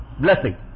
Blessing